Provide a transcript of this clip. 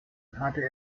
hatte